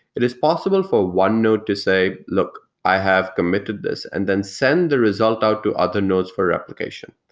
it is possible for one node to say, look, i have committed this, and then send the results out to other nodes for application.